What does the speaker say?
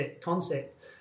concept